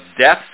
death